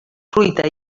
fruita